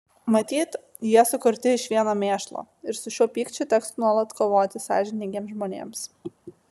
matyt jie sukurti iš vieno mėšlo ir su šiuo pykčiu teks nuolat kovoti sąžiningiems žmonėms